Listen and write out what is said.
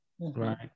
right